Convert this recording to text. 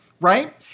right